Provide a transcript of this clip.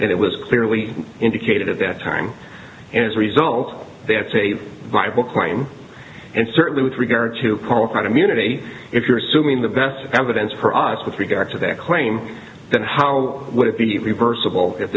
and it was clearly indicated at that time and as a result that's a viable claim and certainly with regard to our quantum unity if you're assuming the best evidence for us with regard to that claim then how would it be reversible at